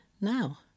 Now